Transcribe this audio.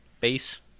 base